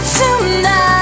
tonight